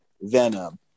Venom